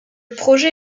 projet